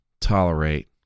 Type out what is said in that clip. tolerate